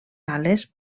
ales